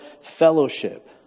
fellowship